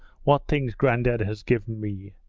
what things grandad has given me!